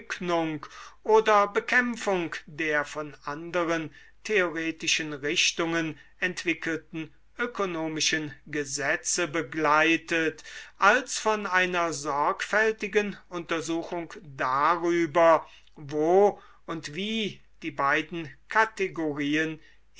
oder bekämpfung der von anderen theoretischen richtungen entwickelten ökonomischen gesetze begleitet als von einer sorgfältigen untersuchung darüber wo und wie die beiden kategorien